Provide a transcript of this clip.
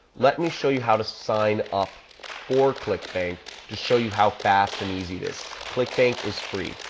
let me show you how to sign up for clickbank to show you how fast and easy it is. clickbank is free.